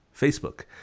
facebook